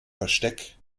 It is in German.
versteck